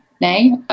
nay